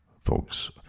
Folks